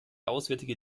auswärtige